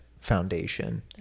foundation